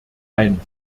ein